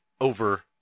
over